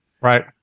Right